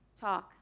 talk